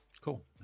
Cool